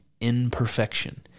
imperfection